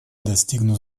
достигнут